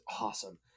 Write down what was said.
awesome